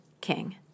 king